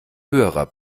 höherer